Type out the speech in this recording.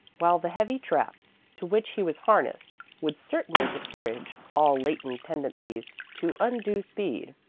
while the heavy trap to which he was harnessed would certainly discourage all latent tendencies to undue speed.